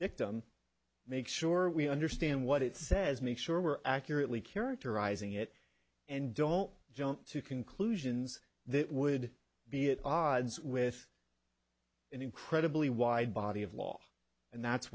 dictum make sure we understand what it says make sure we're accurately characterizing it and don't jump to conclusions that would be at odds with an incredibly wide body of law and that's